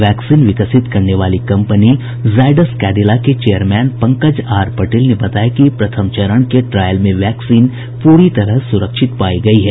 vaccine विकसित करने वाली कंपनी जायडस कैंडिला के चेयरमैन पंकज आर पटेल ने बताया कि प्रथम चरण के ट्रायल में वैक्सीन पूरी तरह सुरक्षित पायी गयी है